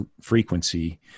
frequency